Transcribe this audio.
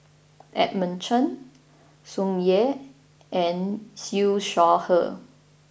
Edmund Cheng Tsung Yeh and Siew Shaw Her